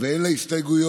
ואין לה הסתייגויות.